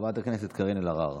חברת הכנסת קארין אלהרר,